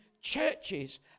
churches